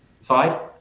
side